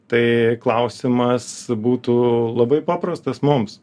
tai klausimas būtų labai paprastas mums